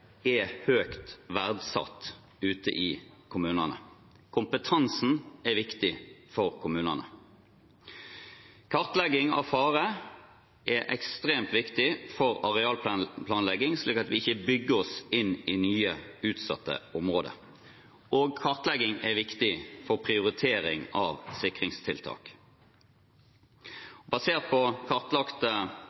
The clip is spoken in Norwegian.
er høyt verdsatt ute i kommunene. Kompetansen er viktig for kommunene. Kartlegging av fare er ekstremt viktig for arealplanlegging, slik at vi ikke bygger oss inn i nye utsatte områder, og kartlegging er viktig for prioritering av sikringstiltak. Basert på kartlagte